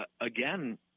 again